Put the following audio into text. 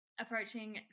approaching